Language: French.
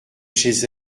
chez